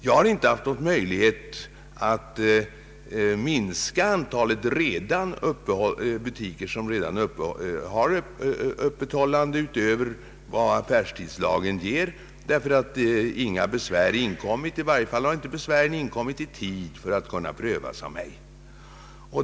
Jag har inte haft någon möjlighet att minska antalet butiker som redan har tillstånd för öppethållande utöver vad affärstidslagen medger, ty inga besvär har inkommit. I varje fall har inte besvären inkommit i tid för att kunna prövas av mig.